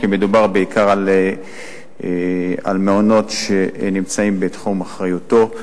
כי מדובר בעיקר על מעונות שנמצאים בתחום אחריותו.